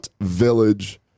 Village